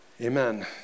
Amen